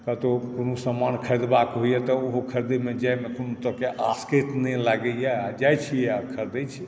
कतौ कोनो सामान खरीदबाक होइए तऽ ओहो खरीदैमे जाइमे कोनो तरहके आसकति नहि लागैए जाइ छी आओर खरीदै छी